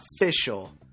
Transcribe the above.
official